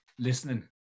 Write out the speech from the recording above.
listening